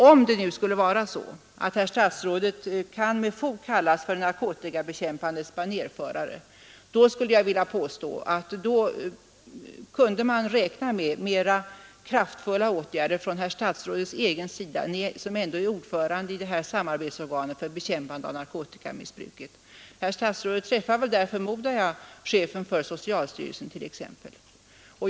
Om det nu skulle vara så, att herr statsrådet kan med fog kallas för narkotikabekämpandets banérförare, skulle jag vilja påstå att man borde kunna räkna med mera kraftfulla åtgärder från herr statsrådet själv — Ni som ändå är ordförande i samarbetsorganet för bekämpande av narkotikamissbruket. Herr statsrådet träffar väl där, förmodar jag, bland andra chefen för socialstyrelsen.